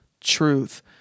truth